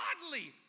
Godly